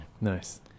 Nice